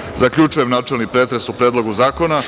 Poslovnika? Zaključujem načelni pretres o Predlogu zakona